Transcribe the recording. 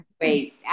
wait